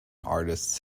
artists